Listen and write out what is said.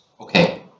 Okay